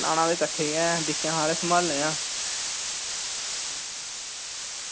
लाना ते किट्ठे गै दिक्खेआ ते सम्हाली लैआं